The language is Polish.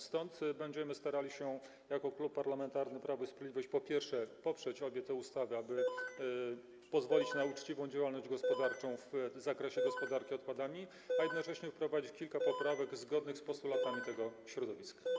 Stąd będziemy starali się jako Klub Parlamentarny Prawo i Sprawiedliwość poprzeć obie te ustawy, aby pozwolić na uczciwą działalność gospodarczą w zakresie gospodarki odpadami, a jednocześnie wprowadzić kilka poprawek zgodnych z postulatami tego środowiska.